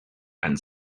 and